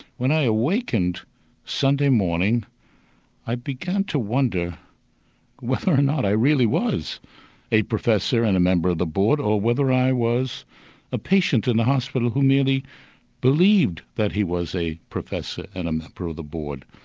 when i awakened awakened sunday morning i began to wonder whether or not i really was a professor and a member of the board, or whether i was a patient in the hospital who merely believed that he was a professor and a member of the board.